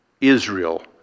Israel